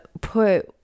put